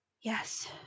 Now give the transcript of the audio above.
Yes